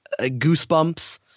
Goosebumps